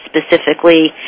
specifically